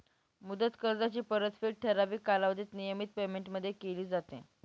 मुदत कर्जाची परतफेड ठराविक कालावधीत नियमित पेमेंटमध्ये केली जाते